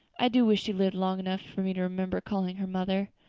i do wish she'd lived long enough for me to remember calling her mother.